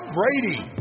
Brady